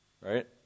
Right